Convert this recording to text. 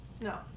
No